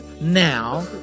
now